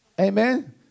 Amen